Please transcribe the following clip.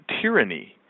tyranny